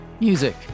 music